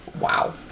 Wow